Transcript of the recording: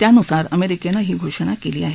त्यानुसार अमेरिकेनं ही घोषणा केली आहे